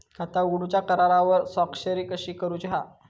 खाता उघडूच्या करारावर स्वाक्षरी कशी करूची हा?